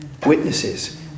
witnesses